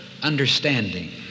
Understanding